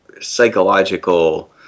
psychological